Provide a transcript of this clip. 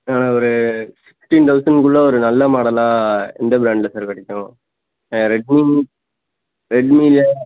ஆ ஒரு ஃபிஃப்ட்டின் தௌசண்ட்க்குள்ளே ஒரு நல்ல மாடலாக எந்த ப்ராண்டில் சார் கிடைக்கும் ஆ ரெட்மி ரெட்மியில